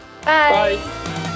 Bye